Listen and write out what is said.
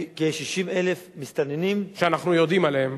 כ-60,000 מסתננים, שאנחנו יודעים עליהם.